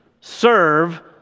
serve